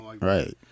right